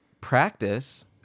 practice